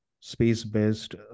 space-based